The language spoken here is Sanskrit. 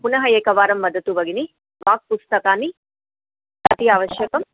पुनः एकवारं वदतु भगिनि वाक् पुस्तकानि कति आवश्यकं